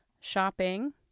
shopping